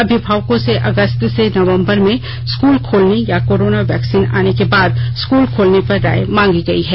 अभिभावकों से अगस्त से नवंबर में स्कूल खोलने या कोरोना वैक्सीन आने के बाद स्कूल खोलने पर राय मांगी गयी है